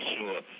sure